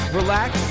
relax